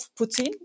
Putin